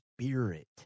spirit